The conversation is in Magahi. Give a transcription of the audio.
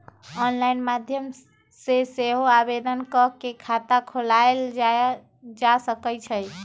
ऑनलाइन माध्यम से सेहो आवेदन कऽ के खता खोलायल जा सकइ छइ